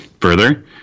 further